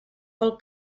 pel